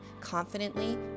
Confidently